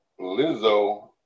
Lizzo